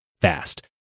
fast